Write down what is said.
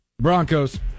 Broncos